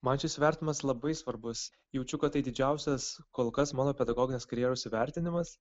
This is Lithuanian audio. man šis vertinimas labai svarbus jaučiu kad tai didžiausias kol kas mano pedagoginės karjeros įvertinimas